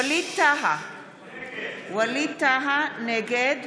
נגד ווליד טאהא, נגד